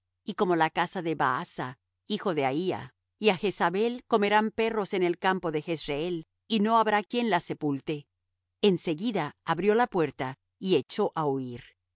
y como la casa de baasa hijo de ahía y á jezabel comerán perros en el campo de jezreel y no habrá quien la sepulte en seguida abrió la puerta y echó á huir